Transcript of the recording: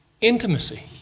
intimacy